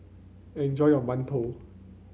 enjoy your mantou